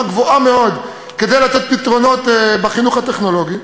גבוהה מאוד כדי לתת פתרונות בחינוך הטכנולוגי,